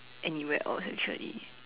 anywhere else actually